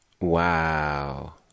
Wow